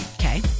Okay